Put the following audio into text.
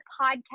podcast